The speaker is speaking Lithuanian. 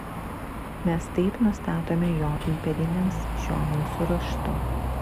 mes taip nustatome jo įpėdiniams šiuo mūsų raštu